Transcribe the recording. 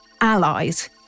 allies